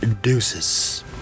Deuces